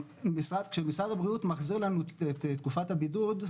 כשמשרד הבריאות מחזיר לנו את תקופת הבידוד,